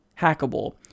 hackable